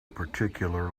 particular